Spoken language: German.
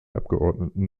abgeordneten